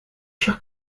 chers